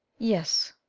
yes,